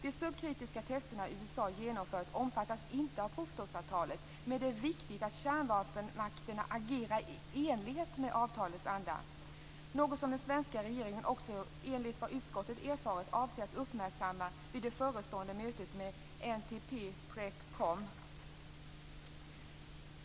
De subterrana tester som USA genomfört omfattas inte av provstoppsavtalet, men det är viktigt att kärnvapenmakterna agerar i enlighet med avtalets anda. Detta avser också den svenska regeringen att uppmärksamma vid det förestående mötet med NTP:s PrepCom.